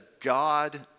God